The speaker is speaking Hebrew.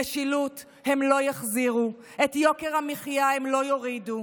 משילות הם לא יחזירו, את יוקר המחיה הם לא יורידו.